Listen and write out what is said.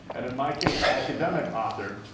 and in my case, academic author.